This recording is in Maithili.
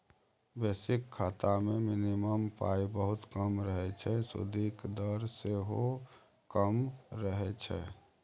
बेसिक खाता मे मिनिमम पाइ बहुत कम रहय छै सुदिक दर सेहो कम रहय छै